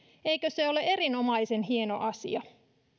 eikö se ole erinomaisen hieno asia